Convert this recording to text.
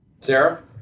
Sarah